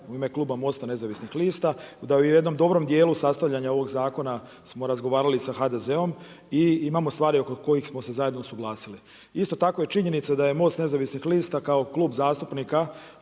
u ime kluba MOST-a nezavisnih lista, da u jednom dobrom dijelu sastavljanja ovog zakona smo razgovarali sa HDZ-om i imamo stvari oko kojih smo se zajedno usuglasili. Isto tako je činjenica da je MOST nezavisnih lista kao klub zastupnika